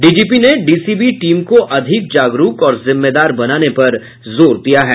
DGP ने DCB team को अधिक जागरूक और जिम्मेदार बनाने पर जोर दिया है